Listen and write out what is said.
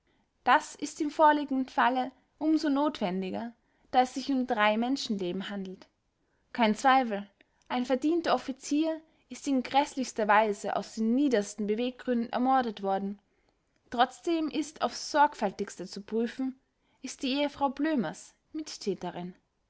das ist im vorliegenden falle um so notwendiger da es sich um drei menschenleben handelt kein zweifel ein verdienter offizier zier ist in gräßlichster weise aus den niedersten beweggründen ermordet worden trotzdem ist aufs sorgfältigste zu prüfen ist die ehefrau blömers mittäterin